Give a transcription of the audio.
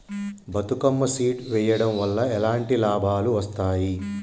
Bathukamma seed వెయ్యడం వల్ల ఎలాంటి లాభాలు వస్తాయి?